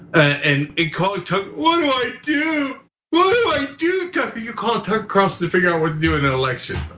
and he called tucker, what do i do? what do i do tucker? you called tucker carlson to figure out what to do in an election.